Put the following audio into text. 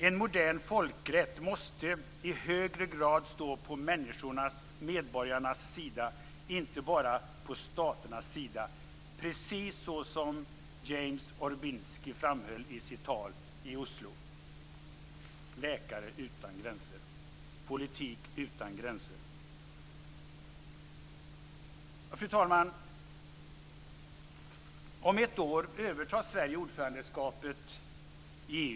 En modern folkrätt måste i högre grad stå på människornas, medborgarnas sida, inte bara på staternas sida, precis så som James Orbinski framhöll i sitt tal i Oslo. Läkare utan gränser - politik utan gränser. Fru talman! Om ett år övertar Sverige ordförandeskapet för EU.